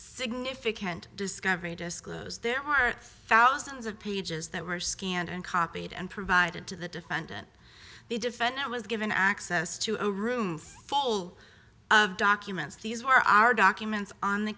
significant discovery disclosed there are thousands of pages that were scanned and copied and provided to the defendant the defendant was given access to a room full of documents these were our documents on the